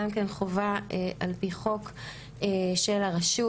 גם כן חובה על פי חוק של הרשות.